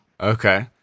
Okay